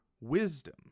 wisdom